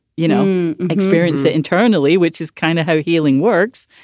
you know, experience it internally, which is kind of how healing works,